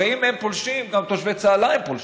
הרי אם הם פולשים, גם תושבי צהלה הם פולשים,